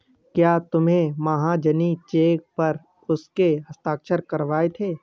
क्या तुमने महाजनी चेक पर उसके हस्ताक्षर करवाए थे?